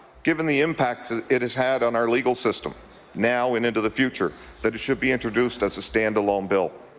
given the impact it has had on our legal system now and into the future that it should be introduced as a stand alone bill.